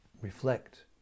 reflect